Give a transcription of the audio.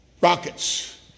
rockets